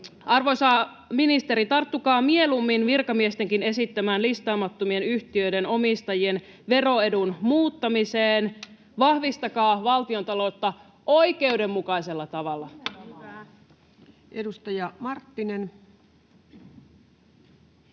Arvoisa ministeri, tarttukaa mieluummin virkamiestenkin esittämään listaamattomien yhtiöiden omistajien veroedun muuttamiseen, [Juho Eerola: Mielellään!] vahvistakaa valtiontaloutta oikeudenmukaisella tavalla. [Speech